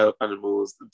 animals